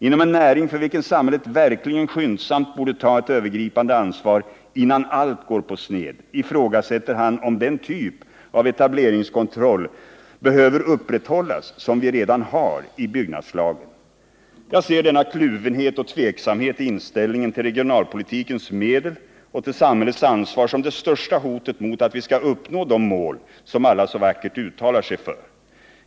Inom en näring för vilken samhället verkligen skyndsamt borde ta ett övergripande ansvar innan allt går på sned, ifrågasätter han om den typ av etableringskontroll behöver upprätthållas som vi redan har i byggnadslagen. Jag ser denna kluvenhet och tveksamhet i inställningen till regionalpolitikens medel och till samhällets ansvar som det största hotet mot att vi skall uppnå de mål som alla så vackert uttalar sig för.